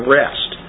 rest